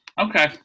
Okay